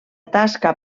tasca